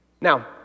Now